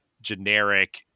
generic